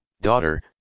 Daughter